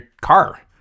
car